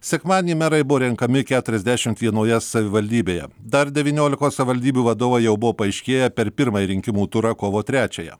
sekmadienį merai buvo renkami keturiasdešimt vienoje savivaldybėje dar devyniolikos savivaldybių vadovai jau buvo paaiškėję per pirmąjį rinkimų turą kovo trečiąją